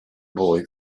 boy